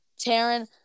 Taryn